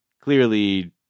Clearly